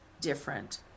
different